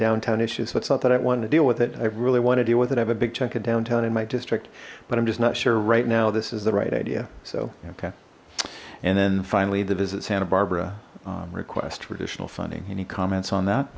downtown issues so it's not that i wanted to deal with it i really want to deal with it i have a big chunk of downtown in my district but i'm just not sure right now this is the right idea so okay and then finally the visit santa barbara request for additional funding any comments on that